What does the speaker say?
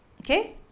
Okay